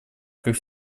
как